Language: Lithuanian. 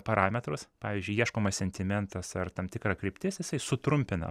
parametrus pavyzdžiui ieškomas sentimentas ar tam tikra kryptis jisai sutrumpina